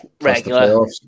regular